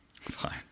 Fine